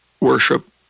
worship